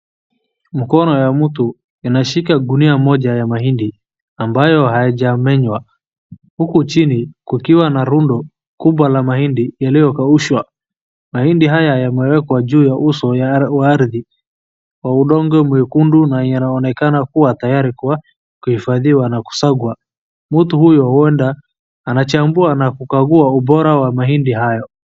Mkono ya mtu inashika gunia moja ya mahindi ambayo hayajamenywa. Huku chini kukiwa na rundo kubwa la mahindi yaliyokaushwa. Mahindi haya yamewekwa juu ya uso wa ardhi wa udongo mwekundu na yanaonekana kuwa tayari kwa kuhifadhiwa na kusagwa. Mtu huyo huenda anachambua na kukagua ubora wa mahindi hayo.